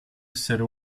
essere